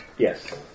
Yes